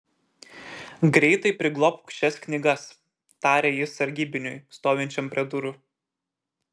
greitai priglobk šias knygas tarė jis sargybiniui stovinčiam prie durų